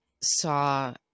saw